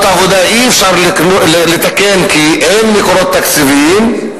עבודה אי-אפשר לתקן כי אין מקורות תקציביים.